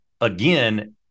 again